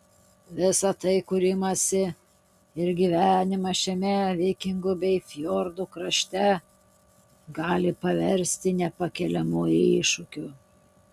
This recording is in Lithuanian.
visa tai kūrimąsi ir gyvenimą šiame vikingų bei fjordų krašte gali paversti nepakeliamu iššūkiu